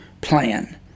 plan